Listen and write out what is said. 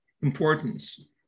importance